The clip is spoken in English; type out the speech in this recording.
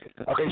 Okay